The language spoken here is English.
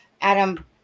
Adam